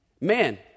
Man